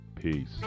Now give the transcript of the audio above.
Peace